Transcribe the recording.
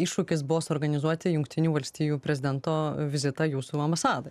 iššūkis buvo suorganizuoti jungtinių valstijų prezidento vizitą jūsų ambasadoj